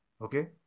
Okay